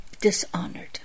dishonored